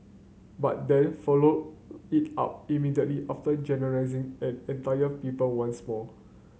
but then followed it up immediately generalising an entire people once more